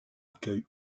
accueille